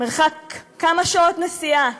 מרחק כמה שעות נסיעה